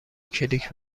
کلیک